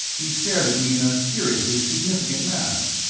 he stared at me in a curiously significant manner.